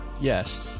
yes